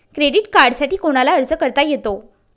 Credit कार्डसाठी कोणाला अर्ज करता येतो?